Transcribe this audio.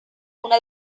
una